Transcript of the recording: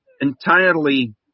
entirely